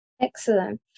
Excellent